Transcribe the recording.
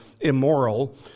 immoral